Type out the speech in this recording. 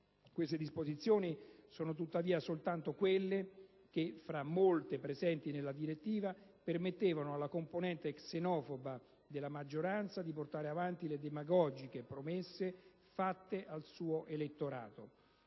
Queste disposizioni sono tuttavia soltanto quelle che, fra molte presenti nella direttiva, permettevano alla componente xenofoba della maggioranza di portare avanti le demagogiche promesse fatte al suo elettorato.